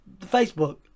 Facebook